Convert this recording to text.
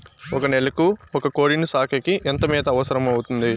ఒక నెలకు ఒక కోడిని సాకేకి ఎంత మేత అవసరమవుతుంది?